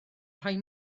rhoi